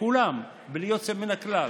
כולם בלי יוצא מן הכלל.